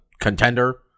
contender